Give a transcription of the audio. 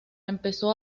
empezó